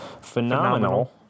phenomenal